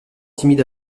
timide